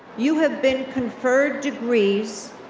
you have been conferred degrees,